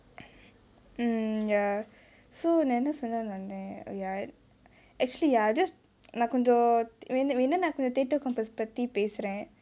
mm ya so நா என்ன சொல்லனுனு வந்தே:naa enna solununu vanthae ya actually ah just நா கொஞ்சோ வேணு வேணுனா நா கொஞ்சோ:naa konjo venu venunaa naa konjo theatre compass பத்தி பேசுரே:pathi pesurae